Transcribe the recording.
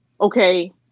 okay